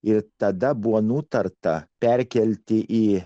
ir tada buvo nutarta perkelti į